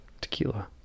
tequila